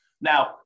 Now